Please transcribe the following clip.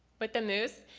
with the moose?